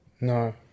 no